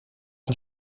een